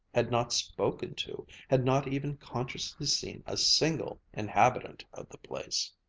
had not spoken to, had not even consciously seen a single inhabitant of the place.